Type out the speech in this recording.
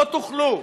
לא תוכלו.